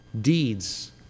Deeds